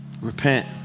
Repent